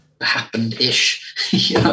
happened-ish